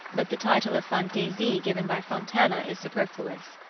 but the title of fantaisie given by fontana is superfluous.